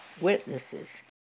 witnesses